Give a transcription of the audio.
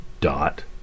Dot